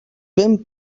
vent